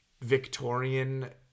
Victorian